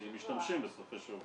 כי הם משתמשים בסופי שבוע.